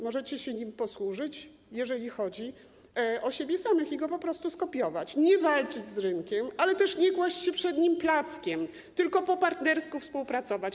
Możecie się nim posłużyć, jeżeli chodzi o siebie samych, i go po prostu skopiować - nie walczyć z rynkiem, ale też nie kłaść się przed nim plackiem, tylko po partnersku współpracować.